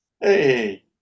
Hey